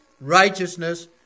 righteousness